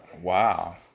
wow